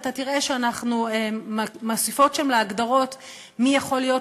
אתה תראה שאנחנו מוסיפות שם להגדרות מי יכול להיות,